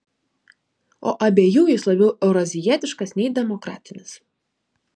o abiejų jis labiau eurazijietiškas nei demokratinis